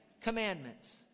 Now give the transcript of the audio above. commandments